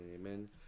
amen